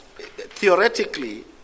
theoretically